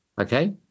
Okay